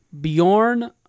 Bjorn